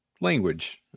language